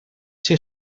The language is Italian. sia